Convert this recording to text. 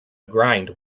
grind